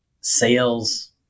sales